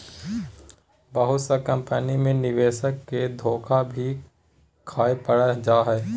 बहुत सा कम्पनी मे निवेशक के धोखा भी खाय पड़ जा हय